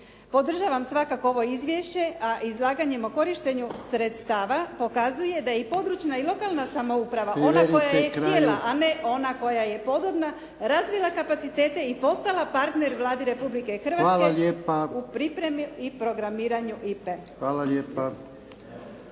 Podržavam svakako ovo izvješće a izlaganjima o korištenju sredstava pokazuje da je i područna i lokalna samouprava ona koja je htjela … …/Upadica: Privedite kraju!/… … a ne ona koja je podobna razvila kapacitete i postala partner Vlade Republike Hrvatske u pripremi i programiranju IPA-e.